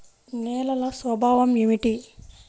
నేలల స్వభావం ఏమిటీ?